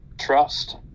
trust